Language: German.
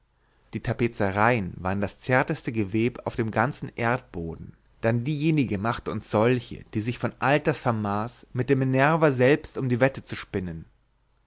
die tapezereien waren das zärteste geweb auf dem ganzen erdboden dann diejenige machte uns solche die sich vor alters vermaß mit der minerva selbst um die wette zu spinnen